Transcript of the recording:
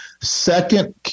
second